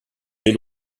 des